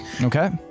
Okay